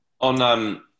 On